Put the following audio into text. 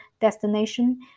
destination